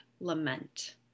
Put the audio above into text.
lament